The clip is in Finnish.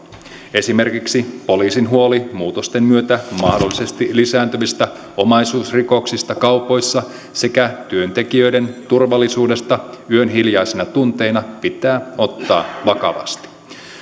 esimerkiksi poliisin huoli muutosten myötä mahdollisesti lisääntyvistä omaisuusrikoksista kaupoissa sekä työntekijöiden turvallisuudesta yön hiljaisina tunteina pitää ottaa vakavasti